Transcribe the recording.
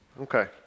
Okay